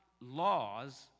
laws